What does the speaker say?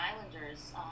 Islanders